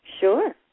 Sure